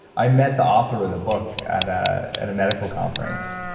i met the author of the book at ah at a medical conference,